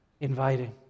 inviting